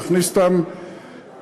להכניס אותן לחוק.